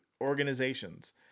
organizations